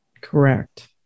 Correct